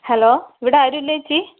hello ഇവിടെ ആരും ഇല്ലേ ചേച്ചി